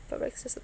got racks so so